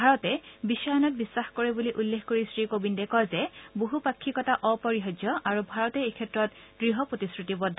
ভাৰতে বিশ্বায়নত বিশ্বাস কৰে বুলি উল্লেখ কৰি শ্ৰী কোৱিন্দে কয় যে বহুপাক্ষিকতা অপৰিহাৰ্য্য আৰু ভাৰত এইক্ষেত্ৰত দ্য়প্ৰতিশ্ৰুতিবদ্ধ